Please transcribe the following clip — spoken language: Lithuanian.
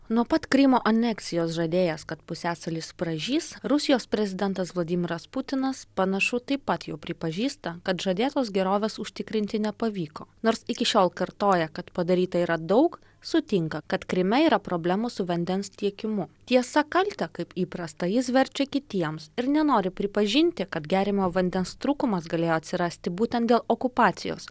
nuo pat krymo aneksijos žadėjęs kad pusiasalis pražys rusijos prezidentas vladimiras putinas panašu taip pat jau pripažįsta kad žadėtos gerovės užtikrinti nepavyko nors iki šiol kartoja kad padaryta yra daug sutinka kad kryme yra problemų su vandens tiekimu tiesa kaltę kaip įprasta jis verčia kitiems ir nenori pripažinti kad geriamojo vandens trūkumas galėjo atsirasti būtent dėl okupacijos